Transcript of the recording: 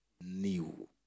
new